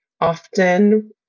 often